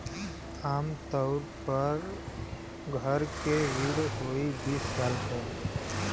आम तउर पर घर के ऋण होइ बीस साल क